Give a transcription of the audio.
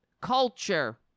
culture